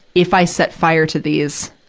if i set fire to these,